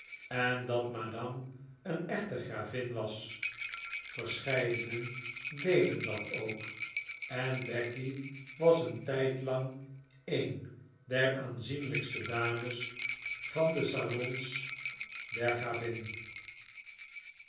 en dat madame een echte gravin was verscheidenen deden dat ook en becky was een tijdlang een der aanzienlijkste dames van de salons der